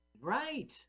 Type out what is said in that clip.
Right